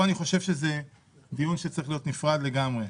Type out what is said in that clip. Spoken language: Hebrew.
פה אני חושב שזה דיון שצריך להיות נפרד לגמרי.